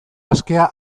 askea